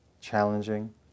challenging